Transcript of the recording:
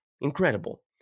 Incredible